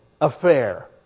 affair